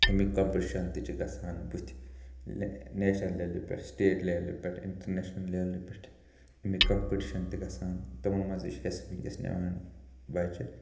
امیُک کَمپِٹِشَن تہِ چھُ گژھان بُتھِ نےٚ نیشنَل لیولہِ پٮ۪ٹھ سِٹیٹ لیولہِ پٮ۪ٹھ اِنٛٹَرنیشنَل لیولہِ پٮ۪ٹھ اَمِکۍ کَمپِٹِشَن تہِ گژھن تِمَن منٛز چھِ اَسہِ حصہٕ نِوان بَچہِ